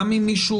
גם אם מישהו,